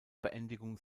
beendigung